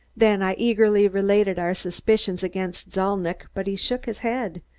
then i eagerly related our suspicions against zalnitch, but he shook his head.